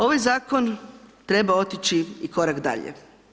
Ovaj zakon treba otići i korak dalje.